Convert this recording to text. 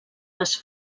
les